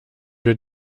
wir